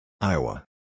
Iowa